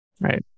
Right